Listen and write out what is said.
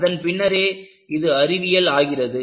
அதன் பின்னரே இது அறிவியல் ஆகிறது